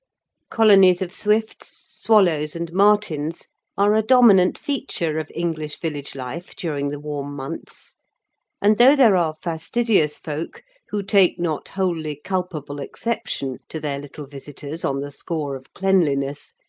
colonies of swifts, swallows, and martins are a dominant feature of english village life during the warm months and though there are fastidious folk who take not wholly culpable exception to their little visitors on the score of cleanliness,